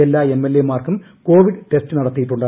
എല്ലാ എംഎൽഎമാർക്കും covid test നടത്തിയിട്ടുണ്ട്